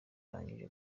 arangije